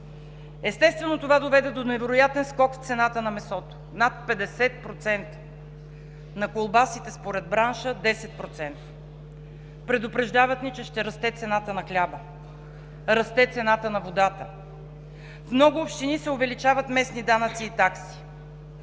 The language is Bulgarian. Естествено, това доведе до невероятен скок в цената на месото – над 50%, а на колбасите, според бранша – 10%. Предупреждават ни, че ще расте цената на хляба. Расте цената на водата. В много общини се увеличават местни данъци и такси,